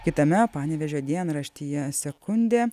kitame panevėžio dienraštyje sekundė